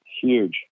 Huge